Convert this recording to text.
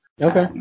Okay